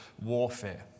warfare